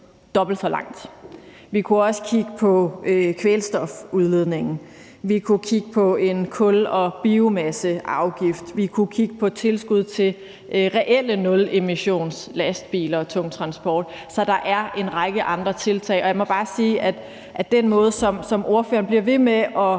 dobbelt så langt. Vi kunne også kigge på kvælstofudledningen. Vi kunne kigge på en kul- og biomasseafgift. Vi kunne kigge på tilskud til reelle nulemissionslastbiler og -tungtransport. Så der er en række andre tiltag, og jeg må bare sige, at den måde, som ordføreren bliver ved med at